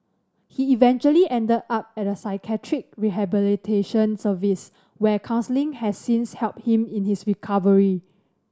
he eventually ended up at a psychiatric rehabilitation service where counselling has since helped him in his recovery